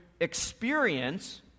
experience